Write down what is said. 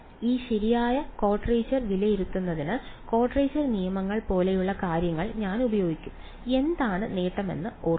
ഈ ശരിയായ ക്വാഡ്രേച്ചർ വിലയിരുത്തുന്നതിന് ക്വാഡ്രേച്ചർ നിയമങ്ങൾ പോലെയുള്ള കാര്യങ്ങൾ ഞാൻ ഉപയോഗിക്കും എന്താണ് നേട്ടമെന്ന് ഓർക്കുക